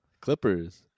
Clippers